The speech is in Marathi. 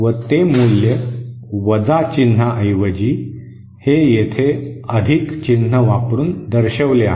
व ते मूल्य वजा चिन्हा ऐवजी हे येथे अधिक चिन्ह वापरून दर्शविली आहे